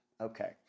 Okay